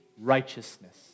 righteousness